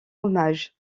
hommage